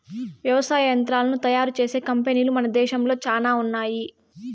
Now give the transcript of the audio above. వ్యవసాయ యంత్రాలను తయారు చేసే కంపెనీలు మన దేశంలో చానా ఉన్నాయి